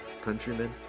countrymen